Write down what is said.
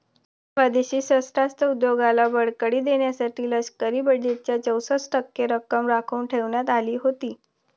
स्वदेशी शस्त्रास्त्र उद्योगाला बळकटी देण्यासाठी लष्करी बजेटच्या चौसष्ट टक्के रक्कम राखून ठेवण्यात आली होती